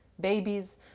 babies